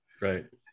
Right